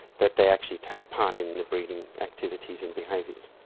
that they actually take part in the breeding activities and behaviours.